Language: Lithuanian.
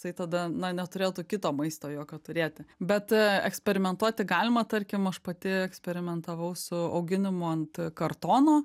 jisai tada na neturėtų kito maisto jokio turėti bet eksperimentuoti galima tarkim aš pati eksperimentavau su auginimu ant kartono